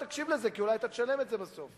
אני אומנם מוטרד מאוד מהממשלה שלכם